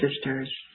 sisters